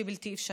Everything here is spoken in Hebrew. זה בלתי אפשרי,